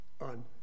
on